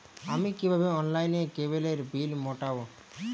আমি কিভাবে অনলাইনে কেবলের বিল মেটাবো?